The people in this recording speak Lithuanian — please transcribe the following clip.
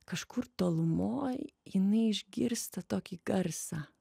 kažkur tolumoj jinai išgirsta tokį garsą